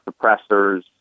suppressors